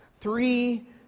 three